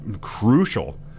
crucial